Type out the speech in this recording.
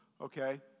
okay